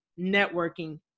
networking